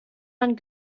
man